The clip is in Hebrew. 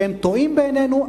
שהם טועים בעינינו,